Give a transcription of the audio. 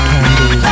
Candy